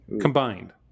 combined